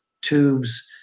tubes